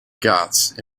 ghats